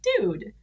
dude